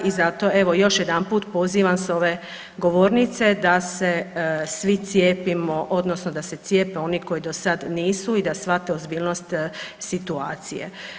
I zato evo još jedanput pozivam sa ove govornice da se svi cijepimo odnosno da se cijepe oni koji do sada nisu i da shvate ozbiljnost situacije.